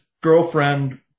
girlfriend